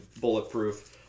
bulletproof